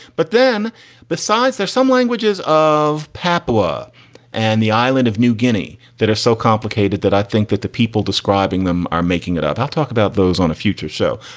but then besides, there's some languages of papua and the island of new guinea that are so complicated that i think that the people describing them are making it up. i'll talk about those on a future show.